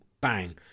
bang